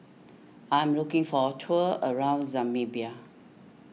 I'm looking for a tour around Namibia